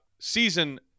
Season